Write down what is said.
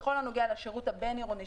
בכל הנוגע לשירות הבין-עירוני,